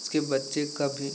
उसके बच्चे का भी